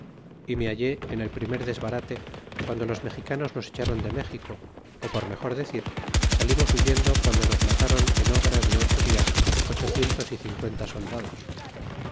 y me hallé en el primer desbarate guando los mexicanos nos echaron de méxico ó por mejor decir salirnos huyendo guando nos mataron en obra de ocho dias ochocientos y cincuenta soldados